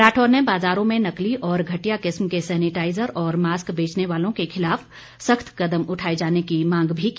राठौर ने बाज़ारों में नकली और घटिया किस्म के सैनिटाइज़र व मास्क बेचने वालों के खिलाफ सख्त कदम उठाए जाने की मांग भी की